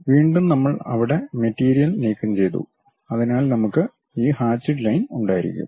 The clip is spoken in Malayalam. വീണ്ടും നമ്മൾ അവിടെ മെറ്റീരിയൽ നീക്കം ചെയ്തു അതിനാൽ നമുക്ക് ഈ ഹാചിഡ് ലൈൻ ഉണ്ടായിരിക്കും